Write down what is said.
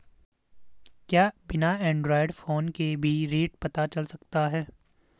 क्या बिना Android phone के भी रेट पता चल सकता है?